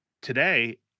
today